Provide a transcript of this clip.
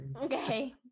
Okay